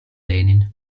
lenin